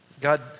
God